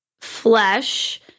flesh